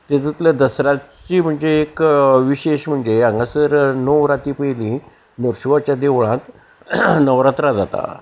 तितूंतल्या दसऱ्याची म्हणजे एक विशेश म्हणजे हांगासर णव राती पयलीं नरशिंवाच्या देवळांत नवरात्रा जातात